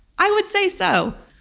i would say so.